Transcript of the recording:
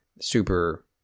super